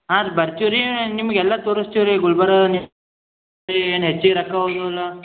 ಹಾಂ ರೀ ಬರ್ತೀವಿ ರೀ ನಿಮ್ಗ ಎಲ್ಲಾ ತೋರಿಸ್ತೀವಿ ರೀ ಗುಲ್ಬರ್ಗ ಏನು ಹೆಚ್ಗಿ ರೊಕ್ಕ ಹೋಗುದಿಲ್ಲ